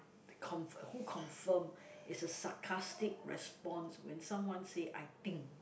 they confirm who confirm is a sarcastic response when someone say I think